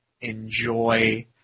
enjoy